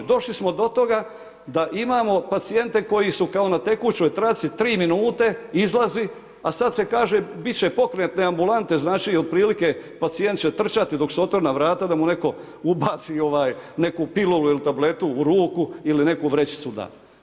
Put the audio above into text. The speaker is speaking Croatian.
Došli smo do toga da imamo pacijente koji su kao na tekućoj traci 3 minute izlazi, a sad se kaže bit će pokretne ambulante, znači otprilike pacijent će trčati dok su otvorena vrata da mu netko ubaci tabletu u ruku ili neku vrećicu da.